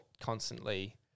constantly –